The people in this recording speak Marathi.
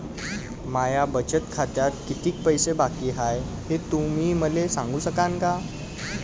माया बचत खात्यात कितीक पैसे बाकी हाय, हे तुम्ही मले सांगू सकानं का?